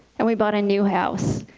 and we bought a new house,